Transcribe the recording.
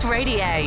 Radio